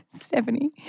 Stephanie